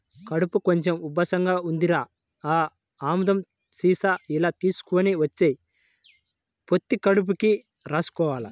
కడుపు కొంచెం ఉబ్బసంగా ఉందిరా, ఆ ఆముదం సీసా ఇలా తీసుకొని వచ్చెయ్, పొత్తి కడుపుకి రాసుకోవాల